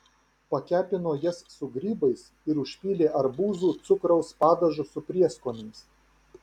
pakepino jas su grybais ir užpylė arbūzų cukraus padažu su prieskoniais